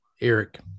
Eric